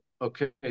okay